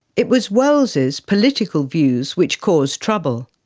it was wells's political views which cause trouble.